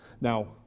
Now